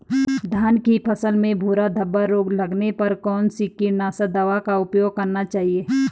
धान की फसल में भूरा धब्बा रोग लगने पर कौन सी कीटनाशक दवा का उपयोग करना चाहिए?